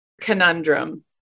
conundrum